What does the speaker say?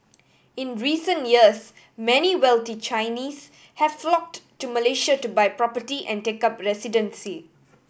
in recent years many wealthy Chinese have flocked to Malaysia to buy property and take up residency